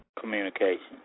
communication